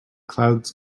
clouds